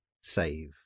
save